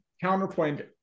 counterpoint